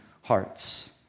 hearts